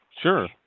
Sure